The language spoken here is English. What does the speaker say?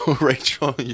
Rachel